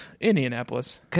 Indianapolis